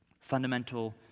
fundamental